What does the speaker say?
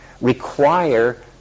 require